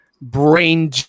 brain